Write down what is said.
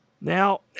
Now